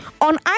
On